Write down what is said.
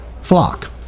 flock